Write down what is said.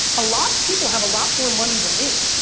a lot of people have a lot more money than me.